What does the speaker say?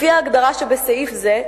לפי ההגדרה שבסעיף זה,